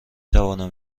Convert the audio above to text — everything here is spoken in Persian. توانم